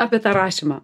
apie tą rašymą